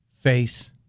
face